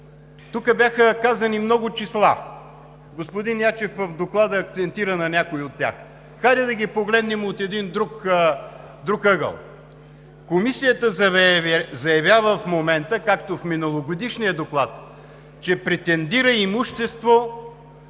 Тук бяха казани много числа. Господин Ячев в Доклада акцентира на някои от тях. Хайде да ги погледнем от един друг ъгъл. Комисията заявява в момента, както в миналогодишния доклад, че претендира имущество